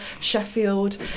Sheffield